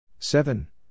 Seven